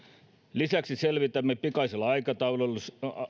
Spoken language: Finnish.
lisäksi selvitämme pikaisella aikataululla